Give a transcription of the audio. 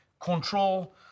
control